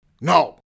No